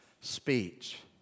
Speech